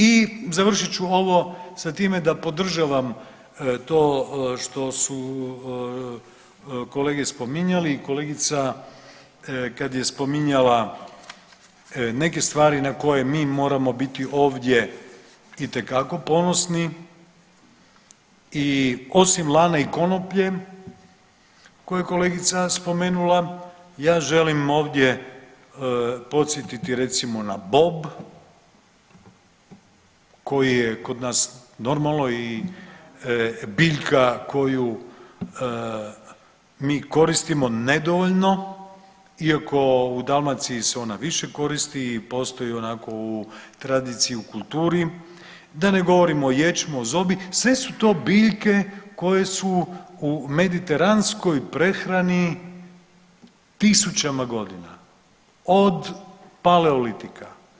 I završit ću ovo sa time da podržavam to što su kolege spominjali i kolegica kad je spominjala neke stvari na koje mi moramo biti ovdje itekako ponosni i osim lana i konoplje koje je kolegica spomenula ja želim ovdje podsjetiti recimo na bob koji je kod nas normalno i biljka koju mi koristimo nedovoljno iako u Dalmaciji se ona više koristi i postoji onako u tradiciji u kulturi, da ne govorim o ječmu, zobi, sve su to biljke koje su u mediteranskoj prehrani tisućama godina, od paleolitika.